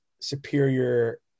superior